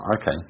Okay